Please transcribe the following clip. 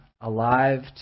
alive